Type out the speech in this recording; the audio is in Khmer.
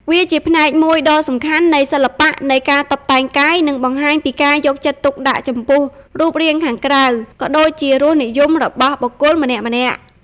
វាជាផ្នែកមួយដ៏សំខាន់នៃសិល្បៈនៃការតុបតែងកាយ និងបង្ហាញពីការយកចិត្តទុកដាក់ចំពោះរូបរាងខាងក្រៅ ក៏ដូចជារសនិយមរបស់បុគ្គលម្នាក់ៗ។